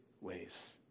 ways